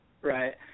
Right